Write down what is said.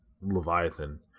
Leviathan